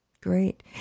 Great